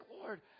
Lord